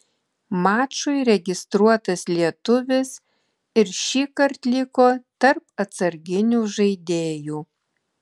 mačui registruotas lietuvis ir šįkart liko tarp atsarginių žaidėjų